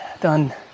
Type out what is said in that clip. done